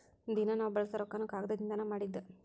ದಿನಾ ನಾವ ಬಳಸು ರೊಕ್ಕಾನು ಕಾಗದದಿಂದನ ಮಾಡಿದ್ದ